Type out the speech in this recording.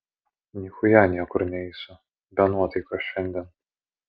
nichuja niekur neisiu be nuotaikos šiandien